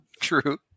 True